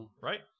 right